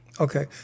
Okay